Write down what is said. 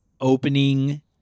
opening